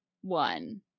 one